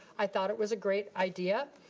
i thought it was a great idea,